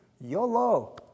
YOLO